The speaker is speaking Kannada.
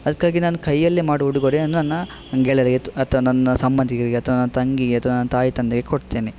ಅದಕ್ಕಾಗಿ ನಾನು ಕೈಯಲ್ಲೇ ಮಾಡುವ ಉಡುಗೊರೆಯನ್ನು ನನ್ನ ಗೆಳಯರಿಗೆ ಅಥವಾ ನನ್ನ ಸಂಬಂಧಿಕರಿಗೆ ಅಥವಾ ತಂಗಿಗೆ ಅಥವಾ ನನ್ನ ತಾಯಿ ತಂದೆಗೆ ಕೊಡ್ತೇನೆ